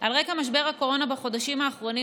על רקע משבר הקורונה בחודשים האחרונים,